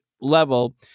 level